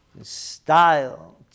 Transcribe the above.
style